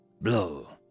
blow